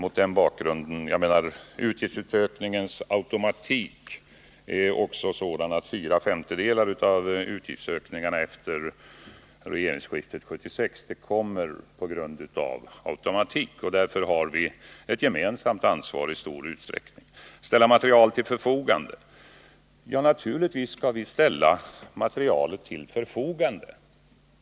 Utgiftsökningens automatik är också sådan att fyra femtedelar av utgiftsökningen sedan regeringsskiftet 1976 har uppstått på grund av denna automatik. Därför har vi i stor utsträckning ett gemensamt ansvar. Ställa materialet till förfogande! Ja, naturligtvis skall vi ställa materialet till förfogande.